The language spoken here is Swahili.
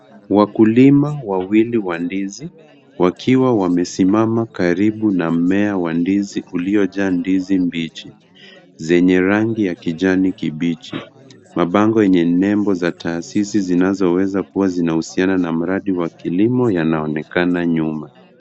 Wakulima wawili wa ndizi wakiwa wamesimama karibu na mmea wa ndizi, uliojaa ndizi mbichi zenye rangi ya kijani kibichi. Mabango yenye nembo za taasisi zinazoweza kuwa zinahusiana na mradi wa kilimo yanaonekana nyuma.